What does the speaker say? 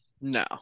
No